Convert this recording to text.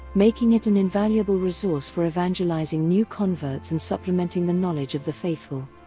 making it an invaluable resource for evangelizing new converts and supplementing the knowledge of the faithful.